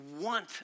want